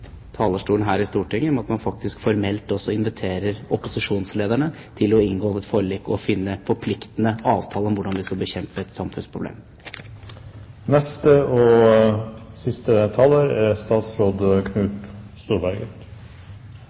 talerstolen her i Stortinget. Man kan faktisk også formelt invitere opposisjonslederne til å inngå et forlik og finne forpliktende avtaler om hvordan vi skal bekjempe et